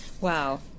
Wow